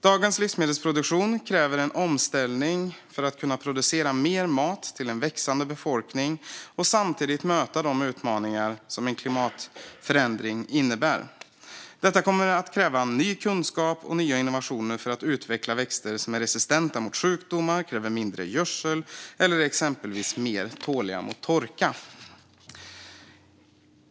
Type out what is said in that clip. Dagens livsmedelsproduktion kräver en omställning för att kunna producera mer mat till en växande befolkning och samtidigt möta de utmaningar som en klimatförändring innebär. Detta kommer att kräva ny kunskap och nya innovationer för att vi ska kunna utveckla växter som är resistenta mot sjukdomar, kräver mindre gödsel eller exempelvis är mer tåliga mot torka.